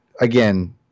again—